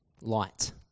Light